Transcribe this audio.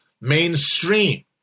mainstream